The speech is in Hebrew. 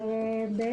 שלום.